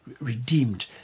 redeemed